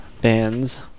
bands